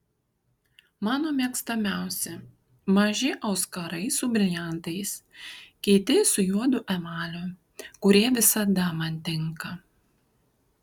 mano mėgstamiausi maži auskarai su briliantais kiti su juodu emaliu kurie visada man tinka